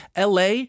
LA